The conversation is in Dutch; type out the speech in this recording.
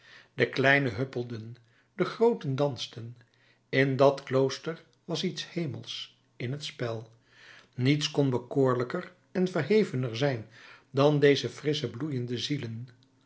de kleinen huppelden de grooten dansten in dat klooster was iets hemelsch in het spel niets kon bekoorlijker en verhevener zijn dan deze frissche bloeiende zielen